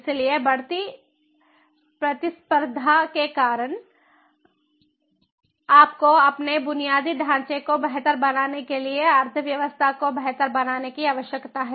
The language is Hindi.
इसलिए बढ़ती प्रतिस्पर्धा के कारण आपको अपने बुनियादी ढांचे को बेहतर बनाने के लिए अर्थव्यवस्था को बेहतर बनाने की आवश्यकता है